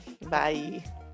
Bye